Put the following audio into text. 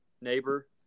neighbor